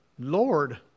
Lord